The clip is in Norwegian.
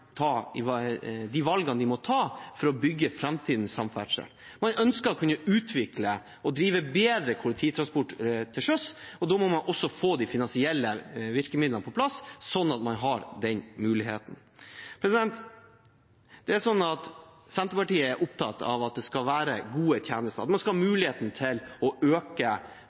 ta de valgene de må ta for å bygge framtidens samferdsel. Man ønsker å kunne utvikle og drive bedre kollektivtransport til sjøs, og da må man også få de finansielle virkemidlene på plass, sånn at man har den muligheten. Senterpartiet er opptatt av at det skal være gode tjenester, at man skal ha muligheten til å øke